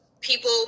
people